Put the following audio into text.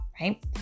right